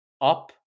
up